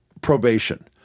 probation